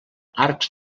arcs